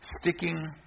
Sticking